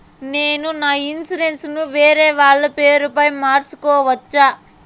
నేను నా ఇన్సూరెన్సు ను వేరేవాళ్ల పేరుపై మార్సుకోవచ్చా?